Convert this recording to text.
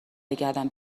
بگردم